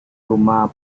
rumah